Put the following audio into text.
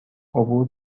عبور